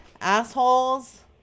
Assholes